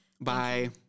Bye